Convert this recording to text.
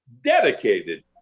dedicated